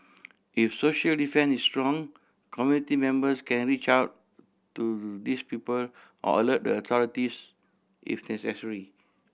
if social defence is strong community members can reach out to these people or alert the authorities if necessary